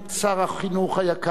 שר החינוך היקר,